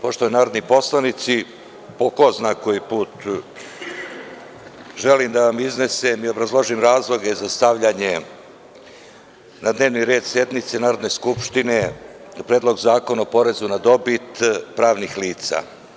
Poštovani narodni poslanici, po ko zna koji put želim da vam iznesem i obrazložim razloge za stavljanje na dnevni red sednice Narodne skupštine Predlog zakona o izmeni Zakona o porezu na dobit pravnih lica.